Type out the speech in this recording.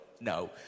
no